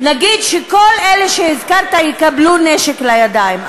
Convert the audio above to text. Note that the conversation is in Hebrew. נגיד שכל אלה שהזכרת יקבלו נשק לידיים.